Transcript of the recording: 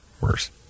worse